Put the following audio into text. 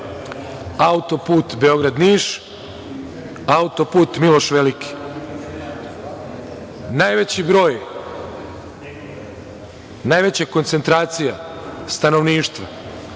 auto-put Beograd – Niš, auto-put „Miloš Veliki“.Najveći broj, najveća koncentracija stanovništva